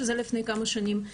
שזה לפני כמה שנים,